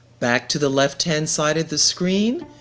back to the left-hand side of the screen,